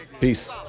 Peace